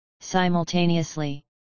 Simultaneously